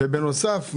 בנוסף,